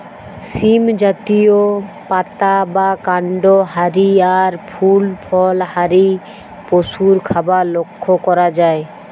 সীম জাতীয়, পাতা বা কান্ড হারি আর ফুল ফল হারি পশুর খাবার লক্ষ করা যায়